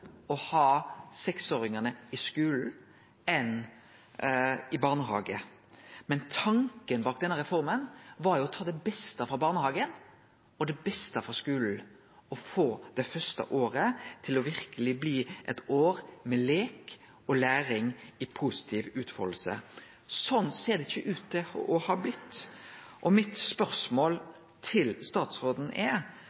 å ha seksåringane i skulen enn i barnehagen. Men tanken bak denne reforma var jo å ta det beste frå barnehagen og det beste frå skulen og få det første året til verkeleg å bli eit år med leik og læring i positiv utfalding. Sånn ser det ikkje ut til å ha blitt. Spørsmålet mitt